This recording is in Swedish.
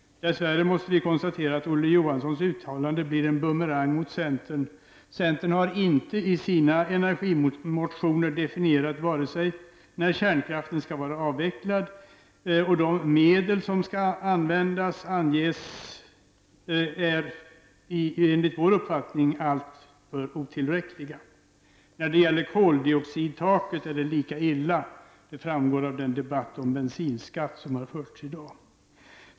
Dess värre måste vi konstatera att Olof Johanssons uttalande blir en bumerang mot centern. Centern har inte i sina energimotioner vare sig definierat när kärnkraften skall vara avvecklad eller vilka medel som skall användas för att komma dit. När det gäller koldioxidtaket är det lika illa. Det framgår av den debatt om bensinskatten som har förts i dag.